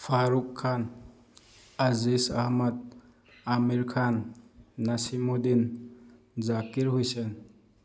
Farooq Khan Aziz Ahmad Amir Khan Nasimuddin Zakir Hussain